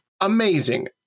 amazing